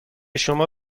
شما